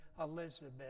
Elizabeth